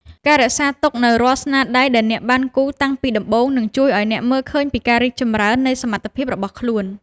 ការរក្សាទុកនូវរាល់ស្នាដៃដែលអ្នកបានគូរតាំងពីដំបូងនឹងជួយឱ្យអ្នកមើលឃើញពីការរីកចម្រើននៃសមត្ថភាពរបស់ខ្លួន។